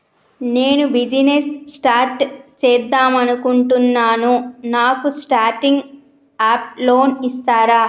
నేను business start చేద్దామనుకుంటున్నాను నాకు స్టార్టింగ్ అప్ లోన్ ఇస్తారా?